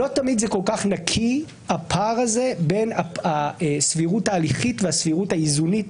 לא תמיד זה כל כך נקי הפער הזה בין הסבירות ההליכית והסבירות האיזונית,